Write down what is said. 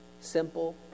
simple